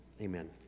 Amen